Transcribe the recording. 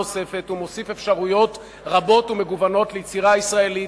הוא מוסיף אפשרויות רבות ומגוונות ליצירה הישראלית,